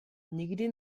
nikdy